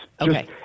Okay